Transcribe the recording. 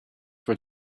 were